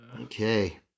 Okay